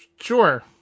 Sure